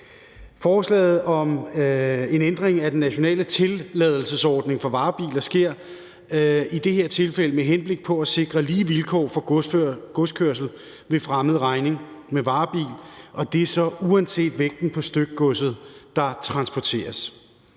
Forslaget om en ændring af den nationale tilladelsesordning for varebiler sker i det her tilfælde med henblik på at sikre lige vilkår for godskørsel for fremmed regning med varebil, og det er så uanset vægten på stykgodset, der transporteres.